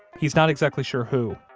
he's not exactly sure who,